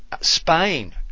Spain